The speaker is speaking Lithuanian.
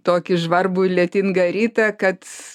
tokį žvarbų lietingą rytą kad